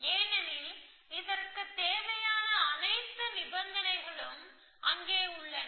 ஏனெனில் இதற்கு தேவையான அனைத்து நிபந்தனைகளும் அங்கே உள்ளன